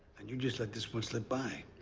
and you just let this book slip by.